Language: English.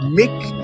make